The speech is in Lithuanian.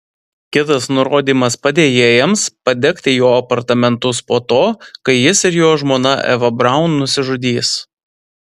kitas nurodymas padėjėjams padegti jo apartamentus po to kai jis ir jo žmona eva braun nusižudys